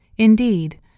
Indeed